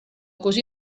così